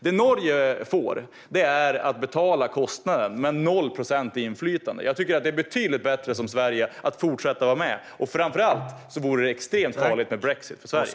Det Norge får är att betala kostnaden samtidigt som man har noll procents inflytande. Jag tycker att det är betydligt bättre att Sverige fortsätter att vara med. Svexit vore extremt farligt för Sverige.